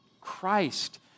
Christ